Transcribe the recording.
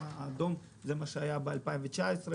הגרף האדום זה מה שהיה ב-2019.